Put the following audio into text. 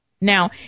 Now